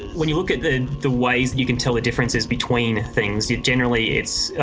when you look at the the ways you can tell the differences between things, you generally, it's ah,